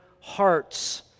hearts